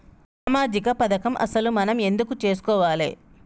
సామాజిక పథకం అసలు మనం ఎందుకు చేస్కోవాలే?